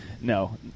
no